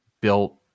built